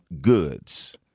goods